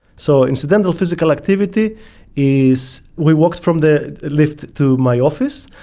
so incidental physical activity is we walk from the lift to my office,